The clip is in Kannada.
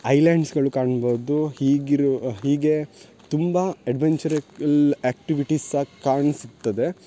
ಐಲ್ಯಾಂಡ್ಸ್ಗಳು ಕಾಣ್ಬೌದು ಹೀಗಿರು ಹೀಗೇ ತುಂಬಾ ಎಡ್ವೆಂಚರ ಕಲ್ ಆ್ಯಕ್ಟಿವಿಟೀಸ್ ಆಗಿ ಕಾಣ್ಸುತ್ತದೆ